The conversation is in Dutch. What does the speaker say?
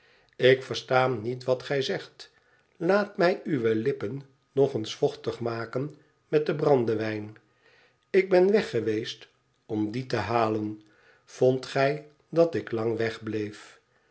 ik versta niet wat gij zegt laat mij uwe lippen nog eens vochtig maken met den brandewijn ik ben weg geweest om dien te halen vondt gij dat ik lang wegbleef